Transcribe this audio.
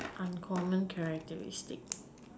uncommon characteristic